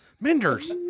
Minders